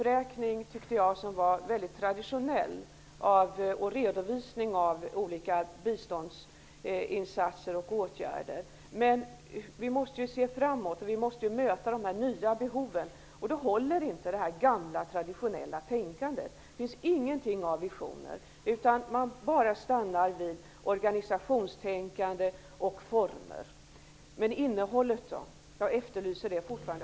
Redovisningen av olika biståndsinsatser och åtgärder var väldigt traditionell. Vi måste se framåt, och vi måste möta dessa nya behov. Då håller inte det gamla traditionella tänkandet. Det finns ingenting av visioner. Man stannar vid organsiationstänkande och former. Hur är det med innehållet då? Jag efterlyser fortfarande en kommentar om det.